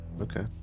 Okay